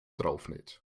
draufnäht